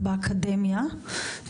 בבקשה.